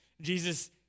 Jesus